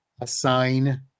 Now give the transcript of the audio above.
assign